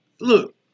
Look